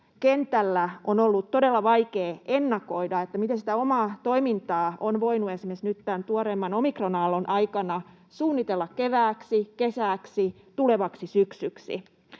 kentällä on ollut todella vaikea ennakoida, miten omaa toimintaa on voinut esimerkiksi nyt tämän tuoreimman omikron-aallon aikana suunnitella kevääksi, kesäksi, tulevaksi syksyksi.